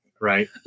Right